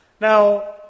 Now